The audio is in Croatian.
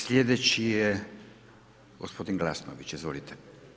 Slijedeći je gospodin Glasnović, izvolite.